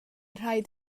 rhaid